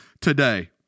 today